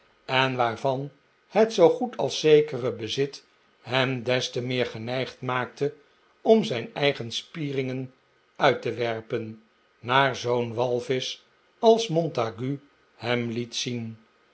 en waarvan het zoo goed als zekere bezit hem des te meer geneigd maakte om zijn eigen spieringen uit te werpen naar zoo'n walvisch als montague hem liet zien